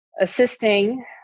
assisting